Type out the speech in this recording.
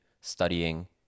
studying